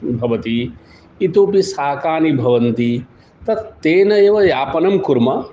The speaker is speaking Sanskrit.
भवति इतोऽपि शाकानि भवन्ति तत् तेन एव यापनं कुर्मः